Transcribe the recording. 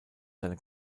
seine